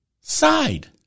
side